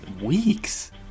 weeks